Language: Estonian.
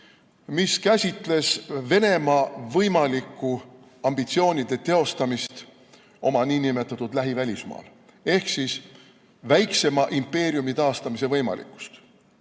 mis käsitles Venemaa võimalikku ambitsioonide teostamist oma niinimetatud lähivälismaal ehk väiksema impeeriumi taastamise võimalikkust.